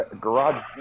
garage